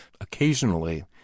Occasionally